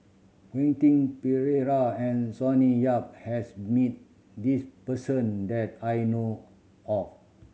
Quentin Pereira and Sonny Yap has meet this person that I know of